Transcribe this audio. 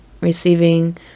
receiving